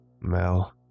Mel